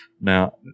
Now